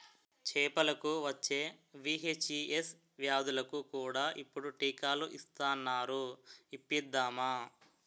చేపలకు వచ్చే వీ.హెచ్.ఈ.ఎస్ వ్యాధులకు కూడా ఇప్పుడు టీకాలు ఇస్తునారు ఇప్పిద్దామా